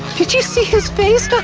did you see his face?